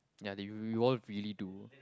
ya they you all really do